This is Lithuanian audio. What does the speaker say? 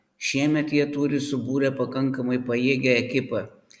šiemet jie turi subūrę pakankamai pajėgią ekipą